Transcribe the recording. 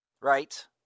Right